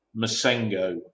Masengo